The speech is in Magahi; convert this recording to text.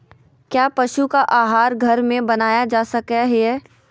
क्या पशु का आहार घर में बनाया जा सकय हैय?